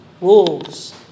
wolves